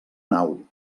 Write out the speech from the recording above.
nau